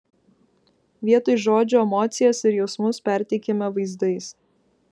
vietoj žodžių emocijas ir jausmus perteikiame vaizdais